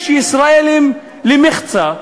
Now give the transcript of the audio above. יש ישראלים למחצה,